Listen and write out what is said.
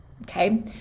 okay